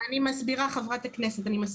אני מסבירה, חברת הכנסת.